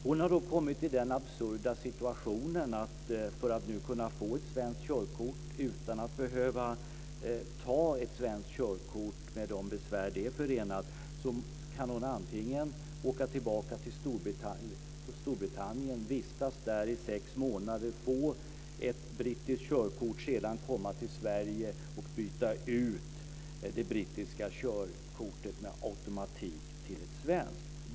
Hon har kommit i den absurda situationen att hon, för att kunna få ett svenskt körkort utan att behöva ta ett svenskt körkort med de besvär som är förenat med det, får åka tillbaka till Storbritannien, vistas där i sex månader, få ett brittiskt körkort, sedan komma till Sverige och byta ut det brittiska körkortet med automatik till ett svenskt.